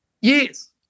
Yes